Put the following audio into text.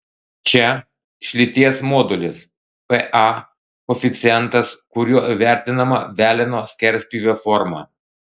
čia šlyties modulis pa koeficientas kuriuo įvertinama veleno skerspjūvio forma